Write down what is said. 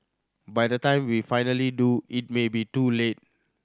by the time we finally do it may be too late